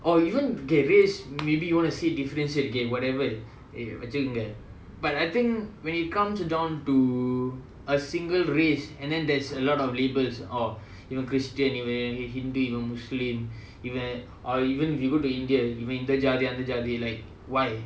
or even okay race maybe you wanna say differences okay whatever வச்சுக்குங்க:vachukunga but I think when it comes down to a single race and then there's a lot of labels of you know இவன்:ivan christian இவன்:ivan hindu இவன்:ivan muslim even or even if you go to india இவன் இந்த ஜாதி அந்த ஜாதி:ivan intha jaathi antha jaathi like why